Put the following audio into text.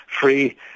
free